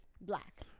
black